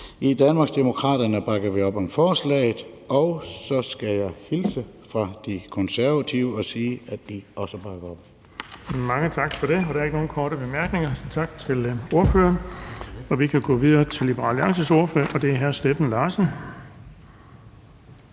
I Danmarksdemokraterne bakker vi op om forslaget, og så skal jeg hilse fra De Konservative og sige, at de også bakker op. Kl. 13:41 Den fg. formand (Erling Bonnesen): Der er ikke nogen korte bemærkninger, så tak til ordføreren. Vi kan gå videre til Liberal Alliances ordfører, og det er hr. Steffen Larsen.